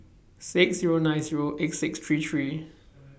six Zero nine Zero eight six three three